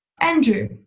Andrew